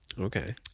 Okay